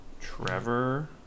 Trevor